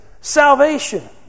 salvation